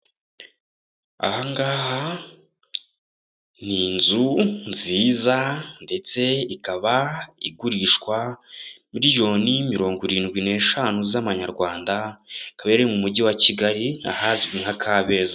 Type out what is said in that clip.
Aha ngaha ni inzu nziza, ndetse ikaba igurishwa miliyoni mirongo irindwi n'eshanu z'amanyarwanda, akaba ari mu mujyi wa Kigali ahazwi nka Kabeza.